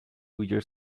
your